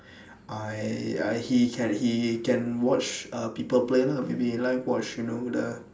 I I he can he can watch uh people play lah maybe live watch you know the